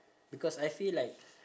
because I feel like